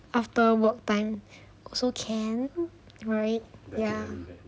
after work time also can right ya